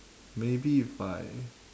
maybe if I